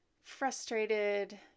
frustrated